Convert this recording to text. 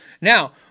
now